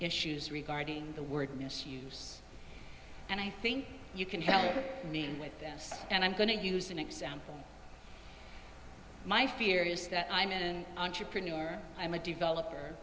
issues regarding the word misuse and i think you can help me with this and i'm going to use an example my fear is that i'm an entrepreneur i'm a developer